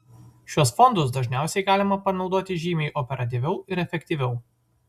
šiuos fondus dažniausiai galima panaudoti žymiai operatyviau ir efektyviau